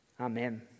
Amen